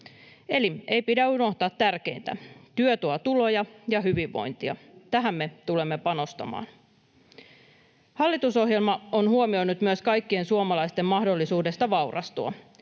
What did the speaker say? Eli ei pidä unohtaa tärkeintä: työ tuo tuloja ja hyvinvointia. Tähän me tulemme panostamaan. Hallitusohjelma on huomioinut myös kaikkien suomalaisten mahdollisuuden vaurastua,